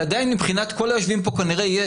זה עדיין מבחינת כל היושבים כאן כנראה יהיה